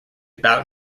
about